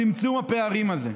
צמצום הפערים הזה.